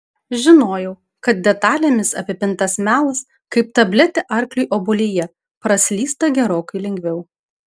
žinojau kad detalėmis apipintas melas kaip tabletė arkliui obuolyje praslysta gerokai lengviau